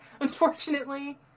unfortunately